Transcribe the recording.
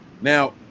Now